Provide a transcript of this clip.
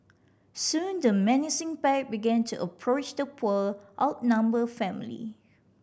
soon the menacing pack began to approach the poor outnumbered family